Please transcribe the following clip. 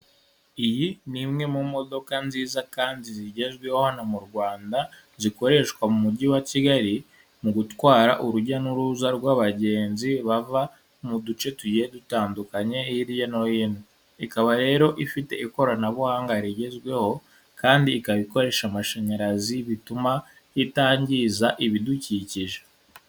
Iyi ni imwe mu modoka nziza kandi zigezweho hano mu Rwanda, zikoreshwa mu mujyi wa Kigali, mu gutwara urujya n'uruza rw'abagenzi bava mu duce tugiye dutandukanye hirya no hino. Ikaba rero ifite ikoranabuhanga rigezweho kandi ikaba ikoresha amashanyarazi bituma itangiza ibidukikije.